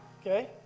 Okay